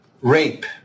rape